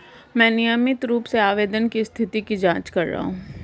मैं नियमित रूप से आवेदन की स्थिति की जाँच कर रहा हूँ